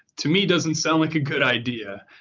to me doesn't sound like a good idea.